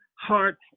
heart